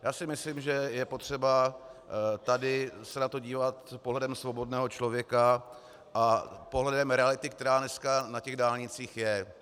Já si myslím, že je potřeba tady se na to dívat pohledem svobodného člověka a pohledem reality, která dneska na těch dálnicích je.